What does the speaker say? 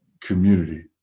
community